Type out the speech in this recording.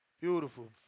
Beautiful